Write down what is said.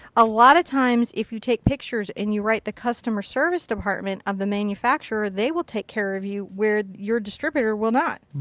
a lot of times if you take pictures and you write the customer service department of the manufacturer they will take care of you where your distributor will not.